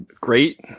great